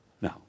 Now